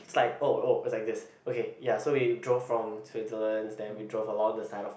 it's like oh oh is like this okay ya so we drove from Switzerland then we drove along the side of